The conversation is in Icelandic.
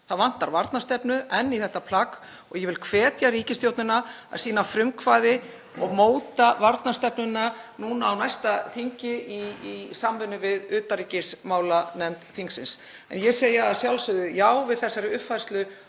Það vantar enn varnarstefnu í þetta plagg. Ég vil hvetja ríkisstjórnina til að sýna frumkvæði og móta varnarstefnu á næsta þingi í samvinnu við utanríkismálanefnd þingsins. Ég segi að sjálfsögðu já við þessari uppfærslu